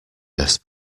best